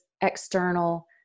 external